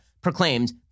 proclaimed